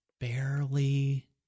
barely